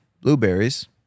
blueberries